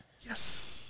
Yes